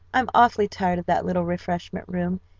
i'm awfully tired of that little refreshment room.